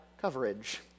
coverage